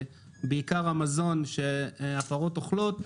בעיקר של המזון שהפרות אוכלות,